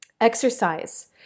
Exercise